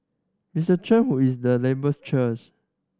Mister Chan who is the labour's church